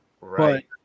Right